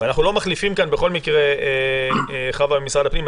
חוה ממשרד הפנים,